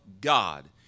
God